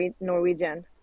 Norwegian